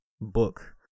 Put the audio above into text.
book